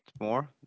more